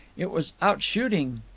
it was out shooting,